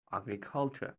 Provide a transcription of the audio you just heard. agriculture